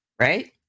right